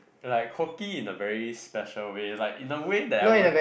like quirky in a very special way like in a way that I would